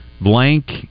Blank